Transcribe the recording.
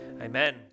amen